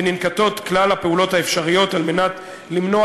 וננקטות כלל הפעולות האפשריות על מנת למנוע